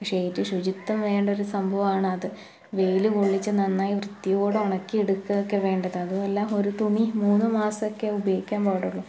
പക്ഷെയേറ്റവും ശുചിത്വം വേണ്ടൊരു സംഭവമാണത് വെയിൽ കൊള്ളിച്ച് നന്നായി വൃത്തിയോടെ ഉണക്കിയെടുക്കുകയൊക്കെ വേണ്ടതാണ് അതുമല്ല ഒരു തുണി മൂന്നുമാസമൊക്കെ ഉപയോഗിക്കാന് പാടുള്ളൂ